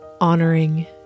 honoring